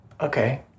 Okay